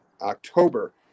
October